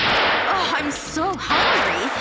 oh, i'm so hungry.